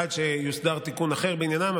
עד שיוסדר תיקון אחר בעניינם,